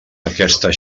aquesta